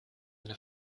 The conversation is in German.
eine